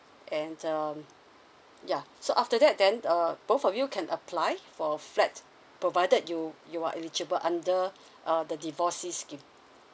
and um ya so after that then err both of you can apply for a flat provided you you are eligible under err the divorcees scheme